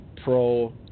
pro